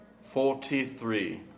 Forty-three